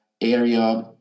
area